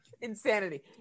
Insanity